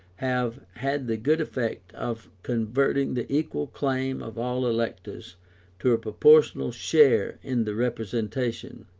have had the good effect of converting the equal claim of all electors to a proportional share in the representation,